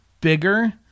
bigger